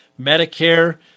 Medicare